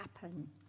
happen